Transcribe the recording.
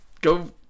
go